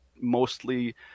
mostly